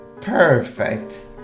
perfect